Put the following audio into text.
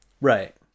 Right